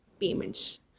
payments